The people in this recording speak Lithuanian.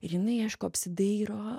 ir jinai aišku apsidairo